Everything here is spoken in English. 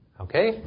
Okay